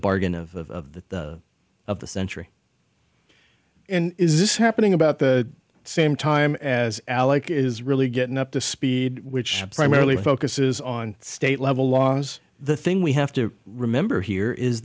bargain of the of the century and is this happening about the same time as alec is really getting up to speed which primarily focuses on state level laws the thing we have to remember here is